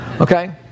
Okay